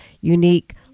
unique